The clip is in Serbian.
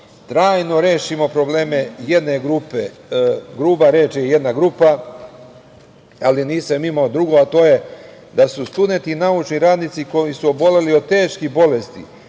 trajno rešimo probleme jedne grupe. Gruba je reč – jedna grupa, ali nisam imao drugo, a to je da su studenti i naučni radnici koji su oboleli od teških bolesti